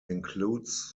includes